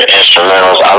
instrumentals